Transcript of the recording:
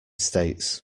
states